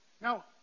Now